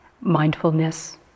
mindfulness